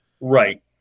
Right